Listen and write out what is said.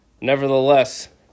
Nevertheless